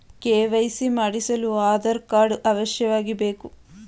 KYC ಮಾಡಿಸಲು Aadhaar card ಅವಶ್ಯವಾಗಿ ಬೇಕು